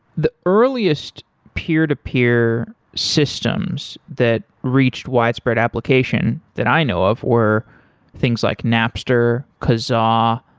the earliest peer-to-peer systems that reach widespread application that i know of or things like napster, kazaa,